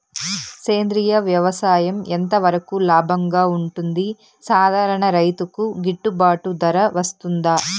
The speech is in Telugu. సేంద్రియ వ్యవసాయం ఎంత వరకు లాభంగా ఉంటుంది, సాధారణ రైతుకు గిట్టుబాటు ధర వస్తుందా?